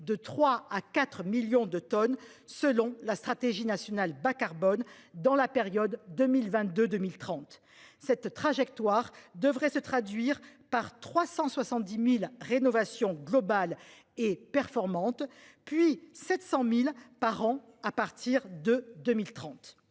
de 3 à 4 millions de tonnes, selon la stratégie nationale bas-carbone dans la période 2022 2030. Cette trajectoire devrait se traduire par 370.000 rénovation globale et performante, puis 700.000 par an à partir de 2030.